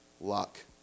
luck